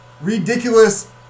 Ridiculous